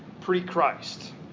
pre-Christ